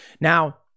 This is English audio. Now